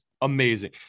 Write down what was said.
amazing